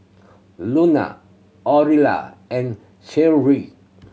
Luna Orilla and Sherrie